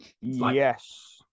Yes